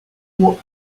what